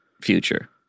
future